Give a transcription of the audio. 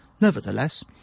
Nevertheless